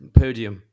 podium